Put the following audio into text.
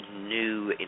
new